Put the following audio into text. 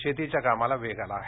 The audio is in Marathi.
शेतीच्या कामाला वेग आला आहे